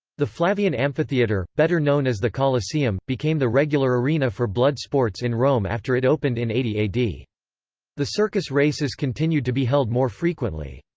the flavian amphitheatre, better known as the colosseum, became the regular arena for blood sports in rome after it opened in eighty ad. the circus races continued to be held more frequently.